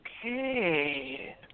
Okay